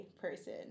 person